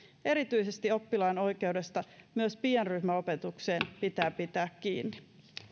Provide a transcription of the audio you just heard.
erityisesti oppilaan oikeudesta myös pienryhmäopetukseen pitää pitää kiinni